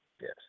Yes